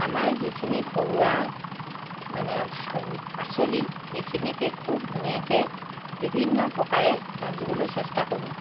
আমাৰ যিখিনি ঘৰুৱা মানে পাচলি সেইখিনিকে খুব ধুনীয়াকৈ বিভিন্ন প্ৰকাৰে ৰান্ধিবলৈ চেষ্টা কৰোঁ